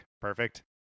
Perfect